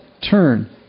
turn